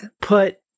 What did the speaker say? put